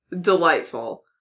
Delightful